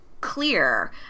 clear